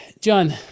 John